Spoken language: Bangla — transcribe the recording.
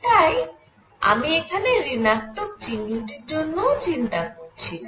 তাই আমি এখানে ঋণাত্মক চিহ্নটির জন্য চিন্তা করছিনা